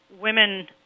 women